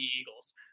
Eagles